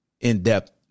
in-depth